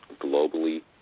globally